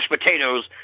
potatoes